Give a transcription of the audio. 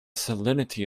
salinity